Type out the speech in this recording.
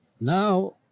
now